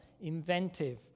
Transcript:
inventive